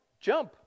jump